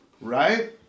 Right